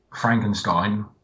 Frankenstein